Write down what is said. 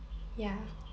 ya